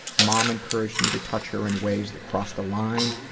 mom encouraged me to touch her in ways that crossed the line.